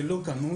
זה לא קנוי,